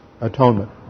atonement